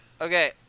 Okay